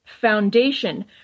foundation